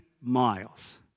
miles